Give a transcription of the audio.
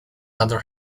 other